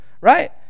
right